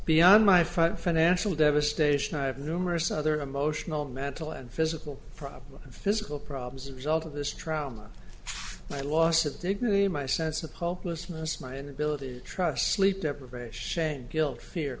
beyond my front financial devastation i have numerous other emotional mental and physical problems physical problems a result of this trauma my loss of dignity my sense of hopelessness my inability to trust sleep deprivation shame guilt fear